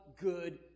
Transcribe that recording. good